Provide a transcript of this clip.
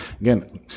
again